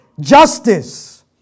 Justice